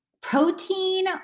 Protein